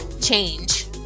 change